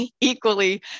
equally